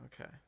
okay